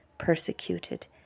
persecuted